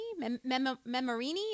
Memorini